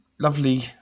lovely